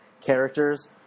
characters